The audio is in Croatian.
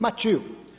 Ma čiju?